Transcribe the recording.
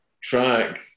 track